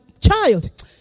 child